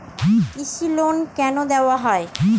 কৃষি লোন কেন দেওয়া হয়?